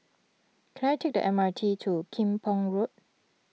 can I take the M R T to Kim Pong Road